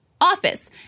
office